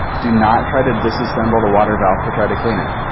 do not try to disassemble the water valve to try to clean it.